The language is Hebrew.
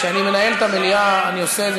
לא שאלת